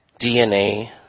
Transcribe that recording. DNA